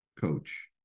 coach